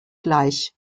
gleich